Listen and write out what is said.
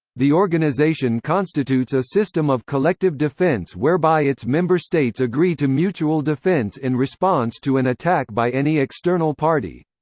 the organization constitutes a system of collective defence whereby its member states agree to mutual defense in response to an attack by any external party.